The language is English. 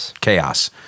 chaos